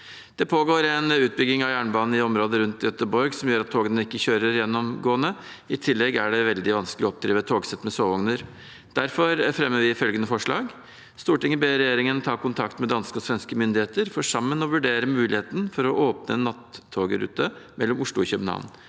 Det pågår en utbygging av jernbanen i området rundt Göteborg som gjør at togene ikke kjører gjennomgående. I tillegg er det veldig vanskelig å oppdrive togsett med sovevogner. Derfor fremmer vi i Høyre sammen med Venstre følgende forslag: «Stortinget ber regjeringen ta kontakt med danske og svenske myndigheter for sammen å vurdere muligheten for å åpne en nattogrute mellom Oslo og København.»